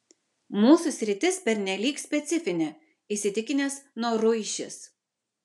mūsų sritis pernelyg specifinė įsitikinęs noruišis